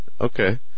Okay